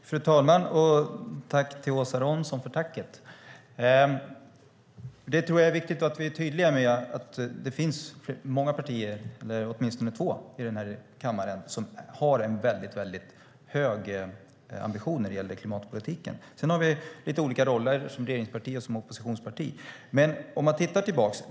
Fru talman! Jag tackar Åsa Romson för tacket. Det är viktigt att vi är tydliga med att det finns många partier, eller åtminstone två, i den här kammaren som har en väldigt hög ambition när det gäller klimatpolitiken. Sedan har vi lite olika roller som regeringsparti respektive oppositionsparti. Låt oss titta tillbaka!